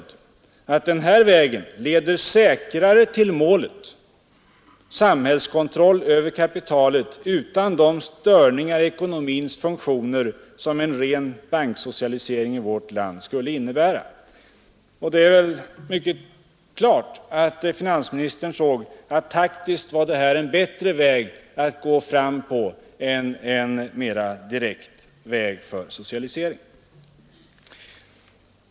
Han sade ”att den vägen leder säkrare till målet — samhällskontroll över kapitalet — utan de störningar i ekonomins funktioner som en ren banksocialisering i vårt land skulle innebära”. Det torde vara helt klart att finansministern insåg att detta taktiskt var en bättre väg att gå fram på än en mera direkt väg med socialisering.